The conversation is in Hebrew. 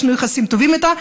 יש לנו יחסים טובים איתה.